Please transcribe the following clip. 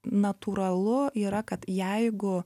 natūralu yra kad jeigu